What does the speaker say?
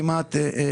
רק פחות אוהבים